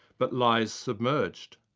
but lies submerged.